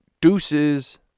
Deuces